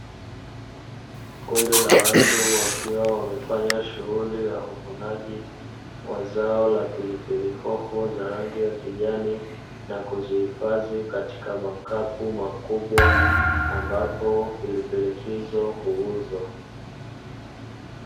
Kundi la watu wakiwa wamefanya shughuli ya uvunaji wa zao la pilipili hoho za rangi ya kijani na kuzihifadhi katika makapu makubwa; ambapo pilipili hizo huuzwa.